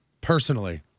personally